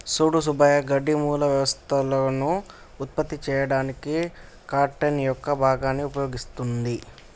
సూడు సుబ్బయ్య గడ్డి మూల వ్యవస్థలను ఉత్పత్తి చేయడానికి కార్టన్ యొక్క భాగాన్ని ఉపయోగిస్తుంది